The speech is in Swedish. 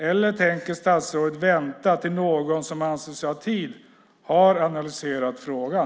Eller tänker statsrådet vänta tills någon som anser sig ha tid analyserat frågan?